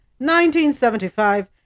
1975